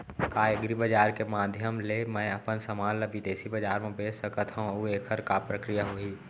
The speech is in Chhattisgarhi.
का एग्रीबजार के माधयम ले मैं अपन समान ला बिदेसी बजार मा बेच सकत हव अऊ एखर का प्रक्रिया होही?